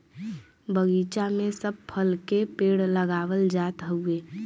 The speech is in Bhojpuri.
बगीचा में सब फल के पेड़ लगावल जात हउवे